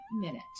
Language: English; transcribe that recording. minute